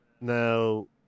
Now